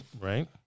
right